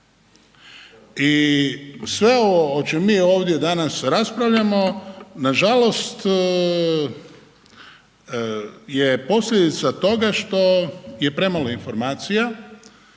I sve ovo o čemu mi ovdje danas raspravljamo nažalost je posljedica toga što je premalo informacija,